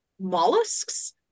mollusks